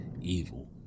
evil